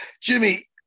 Jimmy